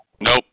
Nope